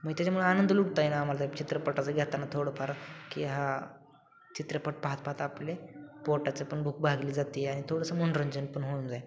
मी त्याच्यामुळे आनंद लुटता येईन आमाला चित्रपटाचं घेताना थोडंफार की हा चित्रपट पाहत पाहत आपले पोटाचे पण भूक भागली जाते आणि थोडंसं मनोरंजन पन होऊन जाईल